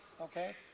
Okay